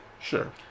Sure